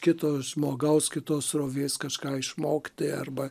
kito žmogaus kitos srovės kažką išmokti arba